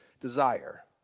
desire